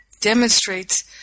demonstrates